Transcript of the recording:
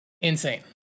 Insane